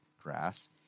grass